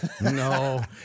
No